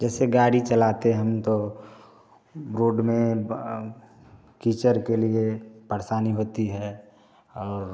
जैसे गाड़ी चलाते हम तो रोड में कीचड़ के लिए परेशानी होती है और